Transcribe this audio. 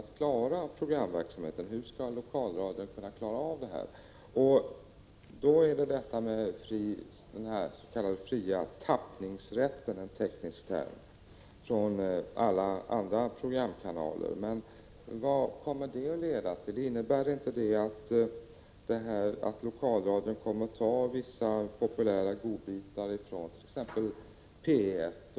1985/86:160 medel för att klara programverksamheten. Hur skall lokalradion kunna klara Och vad kommer dens.k. fria tappningsrätten — en teknisk term — från alla andra programkanaler att leda till? Innebär det inte att lokalradion kommer att ta vissa populära godbitar från särskilt P 1?